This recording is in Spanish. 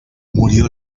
murió